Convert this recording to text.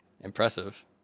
impressive